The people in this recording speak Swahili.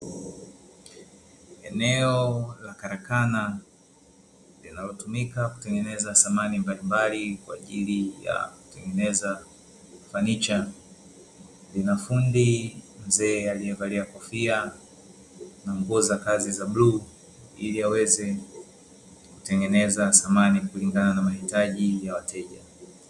Eneo la karakana linalotumika kutengeneza samani mbalimbali kwa ajili ya kutengeneza fanicha, lina fundi mzee aliyevalia kofia na nguo za kazi za bluu ili aweze kutengeneza samani kulingana na mahitaji ya wateja.